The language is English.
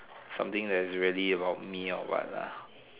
something that is really about me or what lah